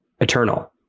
eternal